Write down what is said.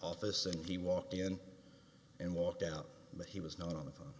office he walked in and walked out but he was not on the phone